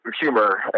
humor